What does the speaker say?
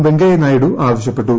വെങ്കയ്യ നായിഡു ആവശ്യപ്പെട്ടു